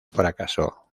fracasó